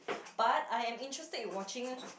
start I am interested in watching